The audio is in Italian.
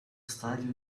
stadio